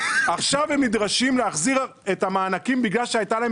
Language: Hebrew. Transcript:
ועכשיו הם נדרשים להחזיר את המענקים בגלל שהייתה להם